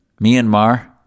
Myanmar